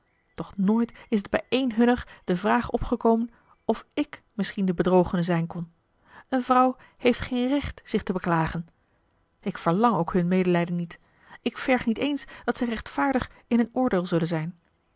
doch nooit is t bij één hunner de vraag opgekomen of ik misschien de bedrogene zijn kon een vrouw heeft geen recht zich te beklagen ik verlang ook hun medelijden niet ik verg niet eens dat zij rechtvaardig in hun oordeel zullen zijn